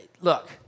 look